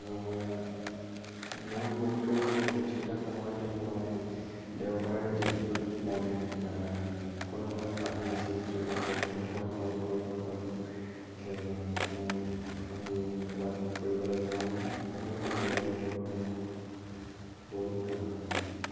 মই বহুতো ব্যস্ততা সময়তো মই দেওবাৰ দিনটোত মই কোনো মোৰ কাম নাছিল ছ' মোৰ বন্ধুক মই কল কৰি মই ক'লো যে মই আমি ক'ৰবাত ফুৰিবলৈ যাওঁ আৰু বহুতো জেগা আমি ঘুৰি আহোঁঁ ব'ল